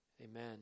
Amen